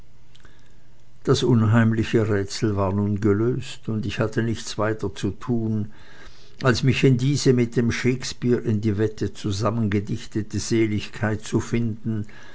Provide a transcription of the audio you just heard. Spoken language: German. das unheimliche rätsel war nun gelöst und ich hatte nichts weiter zu tun als mich in diese mit dem shakespeare in die wette zusammengedichtete seligkeit zu finden